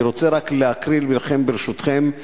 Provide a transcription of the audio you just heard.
אני רוצה להקריא ברשותכם,